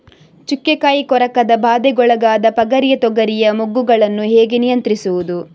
ಚುಕ್ಕೆ ಕಾಯಿ ಕೊರಕದ ಬಾಧೆಗೊಳಗಾದ ಪಗರಿಯ ತೊಗರಿಯ ಮೊಗ್ಗುಗಳನ್ನು ಹೇಗೆ ನಿಯಂತ್ರಿಸುವುದು?